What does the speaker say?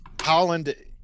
Holland